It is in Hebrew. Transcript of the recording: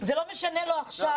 לא משנה לו עכשיו,